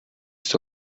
ist